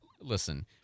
listen